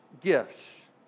gifts